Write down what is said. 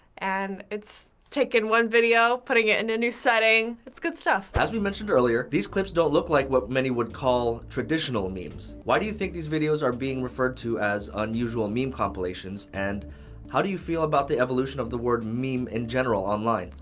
and it's taking one video, putting it in a new setting. it's good stuff. as we mentioned earlier, these clips don't look like what many would call traditional memes. why do you think these videos are being referred to as unusual meme compilations and how do you feel about the evolution of the word meme in general online?